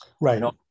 Right